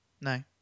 No